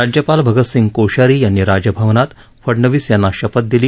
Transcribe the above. राज्यपाल भगत सिंह कोश्यारी यांनी राजभवनात फडवणीस यांना शपथ दिली